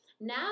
Now